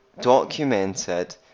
documented